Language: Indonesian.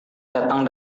datang